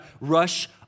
rush